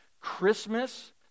Christmas